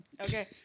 okay